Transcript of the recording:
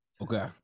Okay